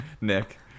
Nick